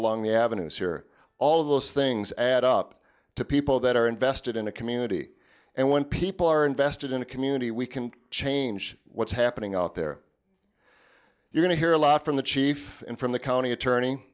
along the avenues here all of those things add up to people that are invested in a community and when people are invested in a community we can change what's happening out there you're going to hear a lot from the chief and from the county attorney